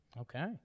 Okay